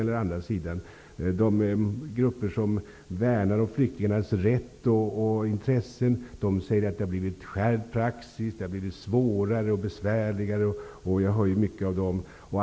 Jag hör mycket från de grupper som värnar om flyktingarnas rätt och intressen, och de säger att praxis har skärpts och att det har blivit svårare och besvärligare.